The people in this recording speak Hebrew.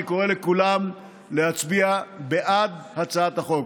אני קורא לכולם להצביע בעד הצעת החוק.